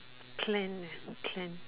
clan ah clan